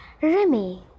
Remy